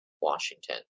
Washington